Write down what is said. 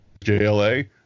JLA